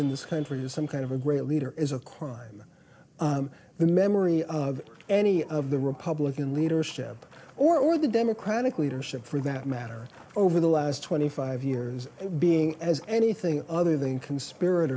in this country is some kind of a great leader is a crime in memory of any of the republican leadership or the democratic leadership for that matter over the last twenty five years being as anything other than conspir